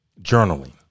journaling